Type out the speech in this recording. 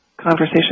conversation